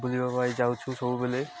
ବୁଲିବା ପାଇଁ ଯାଉଛୁ ସବୁବେଳେ